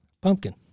Pumpkin